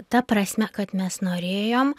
ta prasme kad mes norėjom